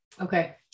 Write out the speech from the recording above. Okay